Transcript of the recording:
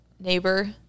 neighbor